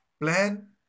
Plan